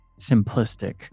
simplistic